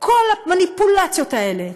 כל המניפולציות האלה,